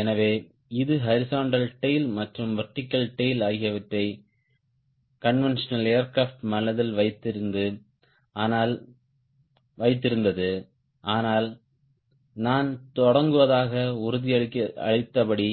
எனவே இது horizontal tail மற்றும் வெர்டிகல் டேய்ல் ஆகியவற்றில் கான்வென்டியோனல் ஏர்கிராப்ட் மனதில் வைத்திருந்தது ஆனால் நான் தொடங்குவதாக உறுதியளித்தபடி